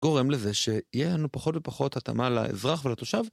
גורם לזה שיהיה לנו פחות ופחות התאמה לאזרח ולתושב.